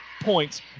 points